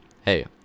hey